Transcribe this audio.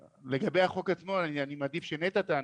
לגבי החוק עצמו אני מעדיף שנטע תענה.